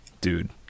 dude